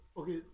okay